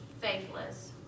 faithless